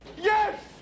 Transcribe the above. Yes